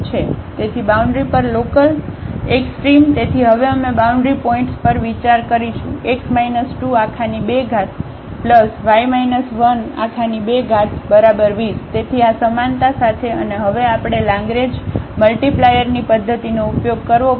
તેથી બાઉન્ડ્રી પર local extremum તેથી હવે અમે બાઉન્ડ્રી પોઇન્ટ્સ પર વિચાર કરીશું કે 2220 તેથી આ સમાનતા સાથે અને હવે આપણે લાંગરેન્જ મલ્ટીપ્લાયરની પદ્ધતિનો ઉપયોગ કરવો પડશે